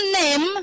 name